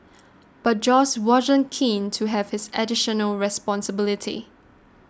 but Josh wasn't keen to have this additional responsibility